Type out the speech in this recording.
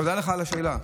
תודה לך על השאלה.